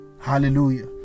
hallelujah